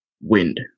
Wind